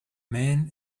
man